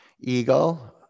Eagle